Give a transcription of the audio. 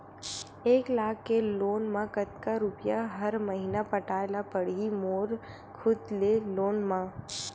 एक लाख के लोन मा कतका रुपिया हर महीना पटाय ला पढ़ही मोर खुद ले लोन मा?